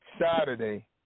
Saturday